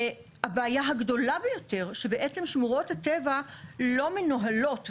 הבעיה הגדולה ביותר היא שבעצם שמורות הטבע לא מנוהלות.